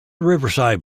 riverside